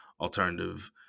alternative